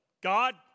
God